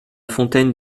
fontaine